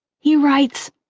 he writes,